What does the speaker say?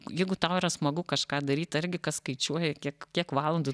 jeigu tau yra smagu kažką daryt argi kas skaičiuoja kiek kiek valandų